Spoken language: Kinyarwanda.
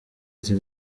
ati